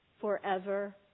forever